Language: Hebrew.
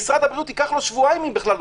למשרד הבריאות ייקח שבועיים אם בכלל.